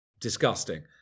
disgusting